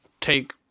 take